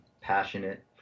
passionate